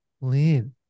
lean